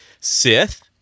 Sith